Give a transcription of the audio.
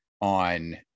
on